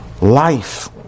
life